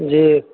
جی